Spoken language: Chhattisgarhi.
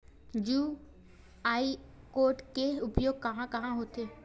क्यू.आर कोड के उपयोग कहां कहां होथे?